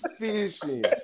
fishing